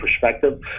perspective